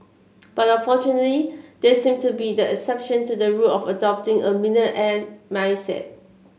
but unfortunately these seem to be the exception to the rule of adopting a millionaire mindset